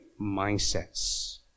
mindsets